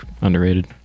underrated